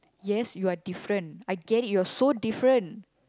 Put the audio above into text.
yes you're different I get it you're so different